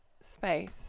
space